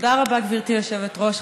תודה רבה, גברתי היושבת-ראש.